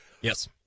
Yes